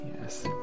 yes